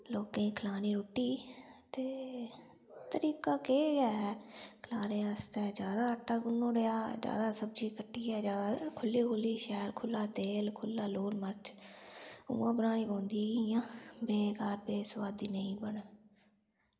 लोकें गी खलानी रुट्टी ते तरीका केह् ऐ खलाने आस्तै जादा आटा गुन्नी ओड़ेआ जादा सब्जी कट्टियै जादा खु'ल्ली खु'ल्ली शैल खु'ल्ला तेल खु'ल्ला लून मर्च उ'यै बनानी पौंदी इ'यां बेकार बे सोआदी नेईं बनै